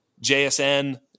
JSN